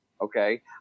Okay